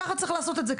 ככה צריך לעשות את זה,